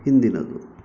ಹಿಂದಿನದು